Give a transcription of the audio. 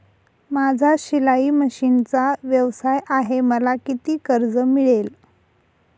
माझा शिलाई मशिनचा व्यवसाय आहे मला किती कर्ज मिळेल?